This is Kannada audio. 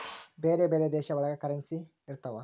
ಬೇರೆ ಬೇರೆ ದೇಶ ಒಳಗ ಬೇರೆ ಕರೆನ್ಸಿ ಇರ್ತವ